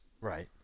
Right